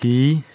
T